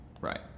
Right